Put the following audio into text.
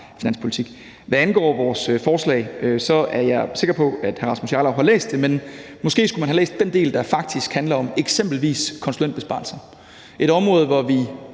finanspolitik. Hvad angår vores forslag, er jeg sikker på, at hr. Rasmus Jarlov har læst det, men måske skulle man have læst den del, der faktisk handler om eksempelvis konsulentbesparelser. Det er et område, hvor vi